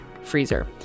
freezer